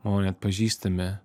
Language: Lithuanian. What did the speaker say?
mano net pažįstami